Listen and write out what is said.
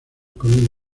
con